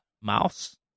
Mouse